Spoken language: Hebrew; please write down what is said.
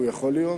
הוא יכול להיות,